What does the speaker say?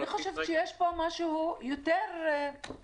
אני חושבת שיש פה משהו יותר --- אני